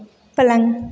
पलंग